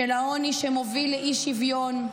של העוני שמוביל לאי-שוויון,